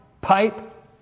pipe